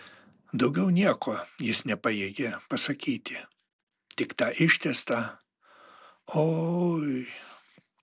daugiau nieko jis nepajėgė pasakyti tik tą ištęstą oi